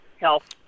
health